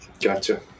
Gotcha